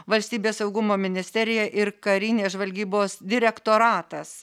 valstybės saugumo ministerija ir karinės žvalgybos direktoratas